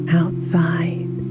outside